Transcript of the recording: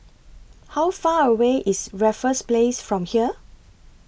How Far away IS Raffles Place from here